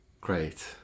Great